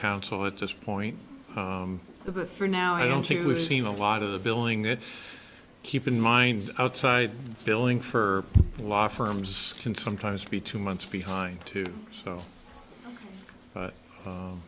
counsel at this point but for now i don't think we've seen a lot of the billing that keep in mind outside billing for the law firms can sometimes be two months behind too so